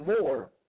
more